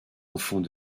enfants